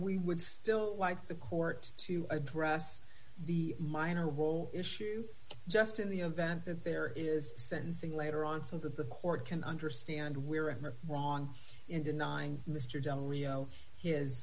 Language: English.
we would still like the court to address the minor role issue just in the event that there is sentencing later on so that the court can understand where i'm wrong in denying mr john rio his